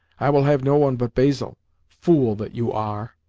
i will have no one but basil fool that you are!